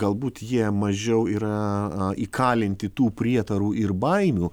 galbūt jie mažiau yra įkalinti tų prietarų ir baimių